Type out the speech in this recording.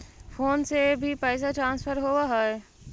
Phone से भी पैसा ट्रांसफर होवहै?